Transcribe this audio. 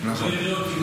הוא לא יראה אותי,